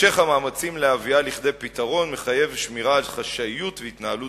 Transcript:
המשך המאמצים להביאה לכדי פתרון מחייב שמירה על חשאיות והתנהלות